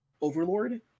Overlord